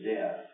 death